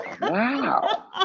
Wow